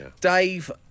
Dave